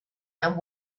and